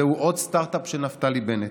זהו עוד סטרטאפ של נפתלי בנט.